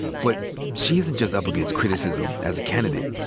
but she isn't just up against criticism as a candidate.